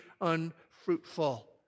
unfruitful